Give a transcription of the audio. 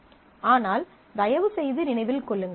ஆனால் தயவுசெய்து நினைவில் கொள்ளுங்கள்